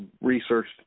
researched